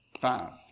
five